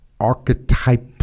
archetype